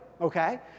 okay